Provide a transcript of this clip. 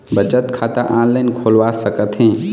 बचत खाता ऑनलाइन खोलवा सकथें?